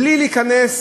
בלי להיכנס